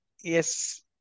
Yes